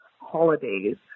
holidays